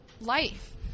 life